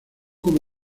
como